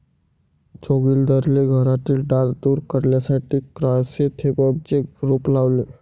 जोगिंदरने घरातील डास दूर करण्यासाठी क्रायसॅन्थेममचे रोप लावले